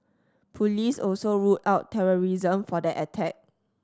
police also ruled out terrorism for that attack